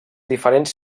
diferents